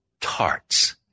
tarts